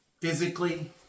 physically